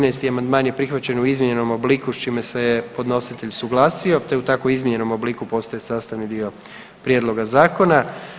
13. amandman je prihvaćen u izmijenjenom obliku, s čime se je podnositelj suglasio te u tako izmijenjenom obliku postaje sastavni dio prijedloga Zakona.